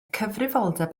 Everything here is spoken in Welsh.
cyfrifoldeb